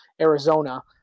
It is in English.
Arizona